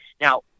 now